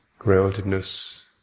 groundedness